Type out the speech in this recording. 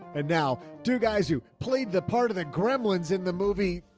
and now two guys who played the part of the gremlins in the movie.